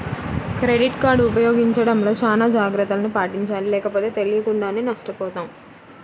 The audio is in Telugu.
క్రెడిట్ కార్డు ఉపయోగించడంలో చానా జాగర్తలను పాటించాలి లేకపోతే తెలియకుండానే నష్టపోతాం